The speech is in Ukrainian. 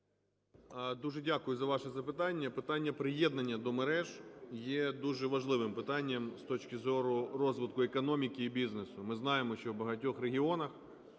Дуже дякую за ваше запитання. Питання приєднання до мереж є дуже важливим питанням з точки зору розвитку економіки і бізнесу. Ми знаємо, що в багатьох регіонах